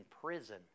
prison